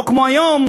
לא כמו היום,